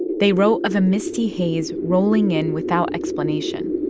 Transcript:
they wrote of a misty haze rolling in without explanation